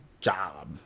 job